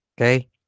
Okay